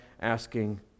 asking